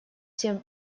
всем